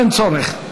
אין צורך.